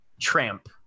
tramp